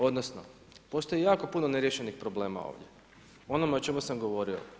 Odnosno, postoji jako puno neriješenih problema ovdje o onome o čemu sam govorio.